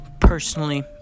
Personally